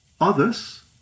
Others